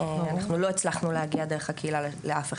אנחנו לא הצלחנו להגיע דרך הקהילה לאף אחד.